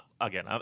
again